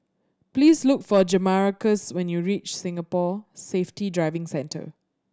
please look for Jamarcus when you reach Singapore Safety Driving Centre